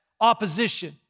opposition